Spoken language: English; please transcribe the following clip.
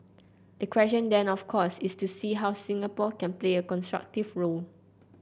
the question then of course is to see how Singapore can play a constructive role